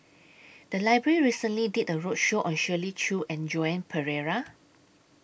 The Library recently did A roadshow on Shirley Chew and Joan Pereira